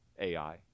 AI